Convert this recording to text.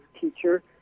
teacher